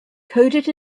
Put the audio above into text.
coded